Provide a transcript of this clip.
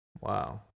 Wow